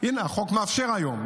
הינה, החוק מאפשר היום.